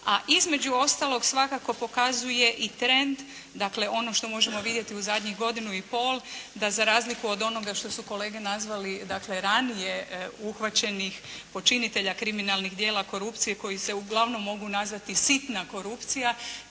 a između ostalog svakako pokazuje i trend, dakle ono što možemo vidjeti u zadnjih godinu i pol, da za razliku od onoga što su kolege nazvali, dakle ranije uhvaćenih počinitelja kriminalnih djela korupcije koji se uglavnom mogu nazvati sitna korupcija,